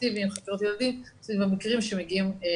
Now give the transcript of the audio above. אינטנסיבי עם חקירות ילדים סביב המקרים שמגיעים